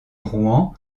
rouen